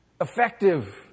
Effective